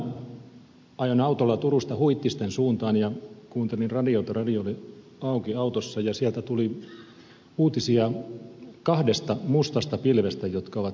lauantaina ajoin autolla turusta huittisten suuntaan ja kuuntelin radiota radio oli auki autossa ja sieltä tuli uutisia kahdesta mustasta pilvestä jotka ovat suomen päällä